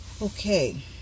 okay